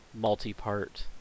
multi-part